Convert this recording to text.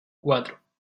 cuatro